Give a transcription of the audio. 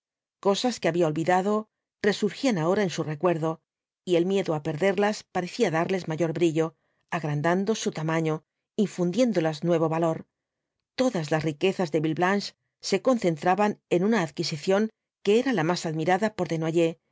cosas que había olvidado resurgían ahora en su recuerdo y el miedo á perderlas parecía darles mayor brillo agrandando su tamaño infundiéndolas nuevo valor todas las riquezas de villeblanche se concentraban en una adquisición que era la más admirada por